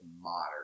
modern